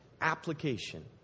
application